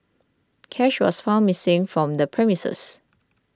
cash was found missing from the premises